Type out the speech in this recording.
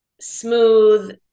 Smooth